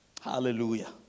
hallelujah